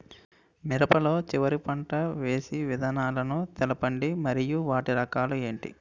మిరప లో చివర పంట వేసి విధానాలను తెలపండి మరియు వాటి రకాలు ఏంటి